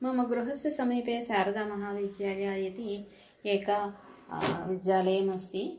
मम गृहस्य समीपे शारदा महाविद्यालयः इति एकः विद्यालयः अस्ति